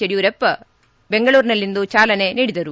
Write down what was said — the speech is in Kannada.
ಯಡಿಯೂರಪ್ಪ ಬೆಂಗಳೂರಿನಲ್ಲಿಂದು ಚಾಲನೆ ನೀಡಿದರು